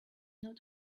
not